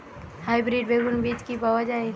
Hybrid বেগুন বীজ কি পাওয়া য়ায়?